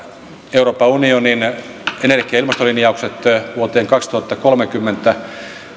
euroopan unionin energia ja ilmastolinjaukset vuoteen kaksituhattakolmekymmentä